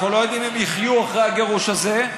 אנחנו לא יודעים אם יחיו אחרי הגירוש הזה,